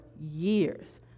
years